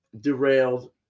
derailed